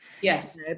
Yes